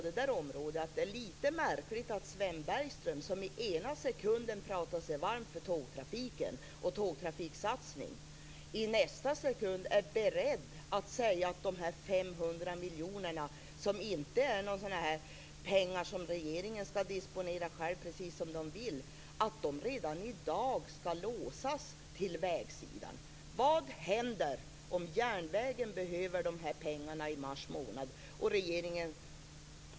Det är lite märkligt att Sven Bergström i ena sekunden talar sig varm för tågtrafiken och tågtrafiksatsningar och i nästa sekund är han beredd att säga att de 500 miljonerna - som regeringen inte får disponera precis hur den vill - redan i dag skall låsas till vägsidan. Vad händer om järnvägen behöver dessa pengar i mars månad?